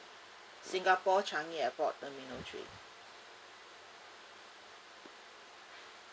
singapore changi airport terminal three